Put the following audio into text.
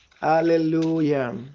Hallelujah